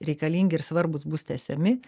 reikalingi ir svarbūs bus tęsiami